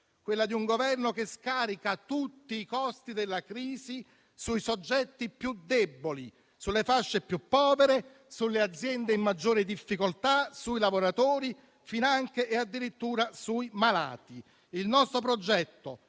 quella di un Governo che scarica tutti i costi della crisi sui soggetti più deboli, sulle fasce più povere, sulle aziende in maggiore difficoltà, sui lavoratori, finanche e addirittura sui malati. Il nostro progetto